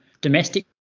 domestic